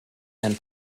and